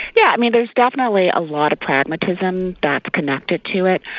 yeah. i mean, there's definitely a lot of pragmatism that's connected to it.